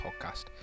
Podcast